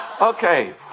Okay